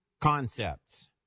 concepts